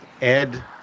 Ed